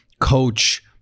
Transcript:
coach